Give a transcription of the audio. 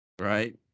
Right